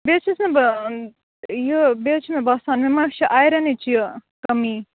بے چھُس نہٕ بہٕ یہِ بے حظ چھُ مےٚ باسان مےٚ مہٕ چھِ آیرَنٕچ یہِ کٔمی